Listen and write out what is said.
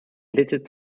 edited